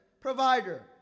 provider